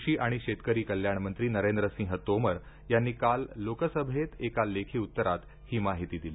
कृषी आणि शेतकरी कल्याण मंत्री नरेंद्रसिंह तोमर यांनी काल लोकसभेत एका लेखी उत्तरात ही माहिती दिली